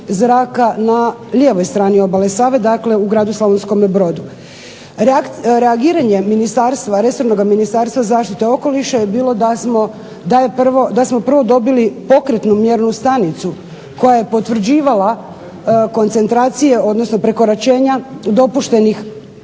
na lijevoj strani obale Save, dakle u gradu Slavonskome Brodu. Reagiranje ministarstva, resornoga Ministarstva zaštite okoliša je bilo da smo prvo dobili pokretnu mjernu stanicu koja je potvrđivala koncentracije, odnosno prekoračenja dopuštenih